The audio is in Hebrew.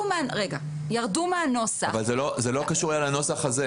ירדו מהנוסח- -- זה לא קשור לנוסח הזה.